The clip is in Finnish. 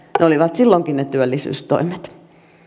ne olivat silloinkin ne työllisyystoimet